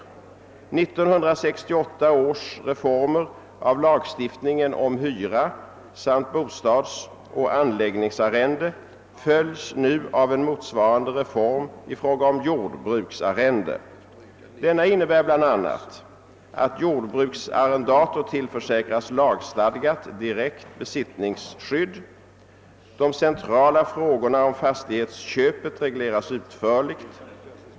1968 års reformer av lagstiftningen om hyra samt bostadsoch anläggningsarrende följs nu av en motsvarande reform i fråga om jordbruksarrende. Denna innebär bl.a. att jordbruksarrendator tillförsäkras lagstadgat direkt besittningsskydd. De centrala frågorna om fastighetsköpet regleras utförligt.